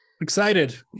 Excited